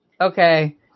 okay